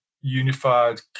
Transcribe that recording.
unified